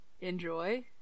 enjoy